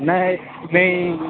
ନାଇଁ ସେଇ